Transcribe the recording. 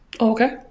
Okay